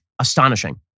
astonishing